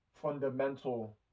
fundamental